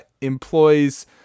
employs